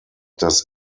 das